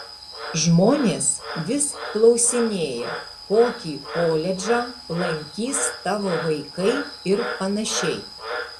žmonės vis klausinėja kokį koledžą lankys tavo vaikai ir panašiai